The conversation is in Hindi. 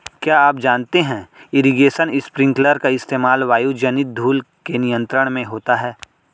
क्या आप जानते है इरीगेशन स्पिंकलर का इस्तेमाल वायुजनित धूल के नियंत्रण में होता है?